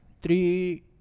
three